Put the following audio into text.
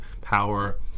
power